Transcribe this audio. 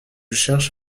cherche